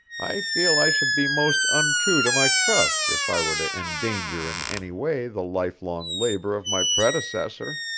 i feel i should be most untrue to my trust if i were to endanger in any way the life-long labor of my predecessor.